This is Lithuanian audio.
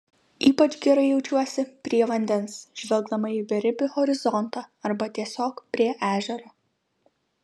ypač gerai jaučiuosi prie vandens žvelgdama į beribį horizontą arba tiesiog prie ežero